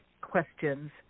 questions